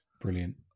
Brilliant